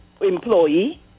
employee